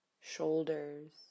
shoulders